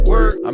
Work